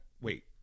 wait